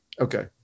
Okay